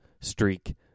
streak